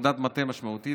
עבודת מטה משמעותית,